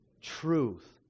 Truth